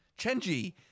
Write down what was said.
Chenji